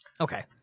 Okay